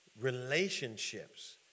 relationships